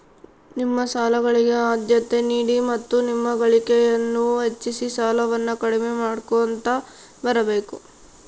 ನಿಮ್ಮ ಸಾಲಗಳಿಗೆ ಆದ್ಯತೆ ನೀಡಿ ಮತ್ತು ನಿಮ್ಮ ಗಳಿಕೆಯನ್ನು ಹೆಚ್ಚಿಸಿ ಸಾಲವನ್ನ ಕಡಿಮೆ ಮಾಡ್ಕೊಂತ ಬರಬೇಕು